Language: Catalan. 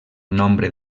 nombre